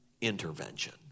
intervention